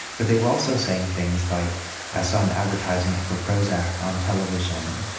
but they were also saying things like i saw an advertisement for prozac on television,